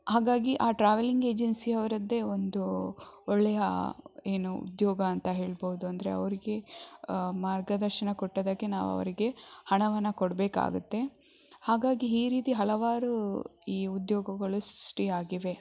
ಹಾಗಾಗಿ ಆ travelling agency ಅವರದ್ದೇ ಒಂದು ಒಳ್ಳೆಯ ಏನು ಉದ್ಯೋಗ ಅಂತ ಹೇಳ್ಬೌದು ಅಂದರೆ ಅವ್ರಿಗೆ ಮಾರ್ಗದರ್ಶನ ಕೊಟ್ಟದ್ದಕ್ಕೆ ನಾವು ಅವ್ರಿಗೆ ಹಣವನ್ನು ಕೊಡಬೇಕಾಗತ್ತೆ ಹಾಗಾಗಿ ಈ ರೀತಿ ಹಲವಾರು ಈ ಉದ್ಯೋಗಗಳು ಸೃಷ್ಟಿ ಆಗಿವೆ